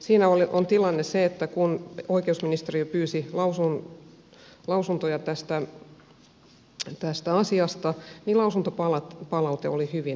siinä on tilanne se että kun oikeusministeriö pyysi lausuntoja tästä asiasta niin lausuntopalaute oli hyvin hajanaista